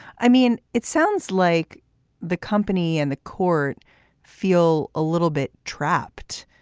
i mean, it sounds like the company and the court feel a little bit trapped.